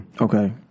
Okay